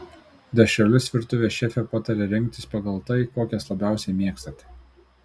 dešreles virtuvės šefė pataria rinktis pagal tai kokias labiausiai mėgstate